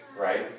right